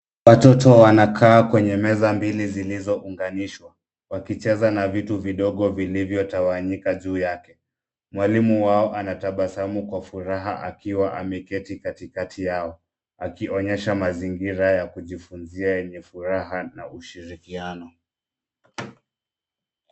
Watoto wanakaa kwenye meza mbili zilizounganishwa. Wakicheza na vitu vidogo vilivyotawanyika juu yake. Mwalimu wao anatabasamu kwa furaha akiwa ameketi kati kati yao. akionyesha mazingira ya kujifunzia yenye furaha na ushirikiano.